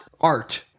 art